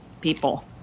people